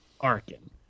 Arkin